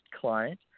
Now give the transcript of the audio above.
client